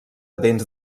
dents